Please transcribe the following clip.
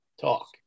talk